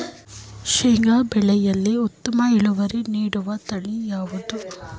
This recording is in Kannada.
ಶೇಂಗಾ ಬೆಳೆಯಲ್ಲಿ ಉತ್ತಮ ಇಳುವರಿ ನೀಡುವ ತಳಿ ಯಾವುದು?